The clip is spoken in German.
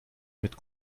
mit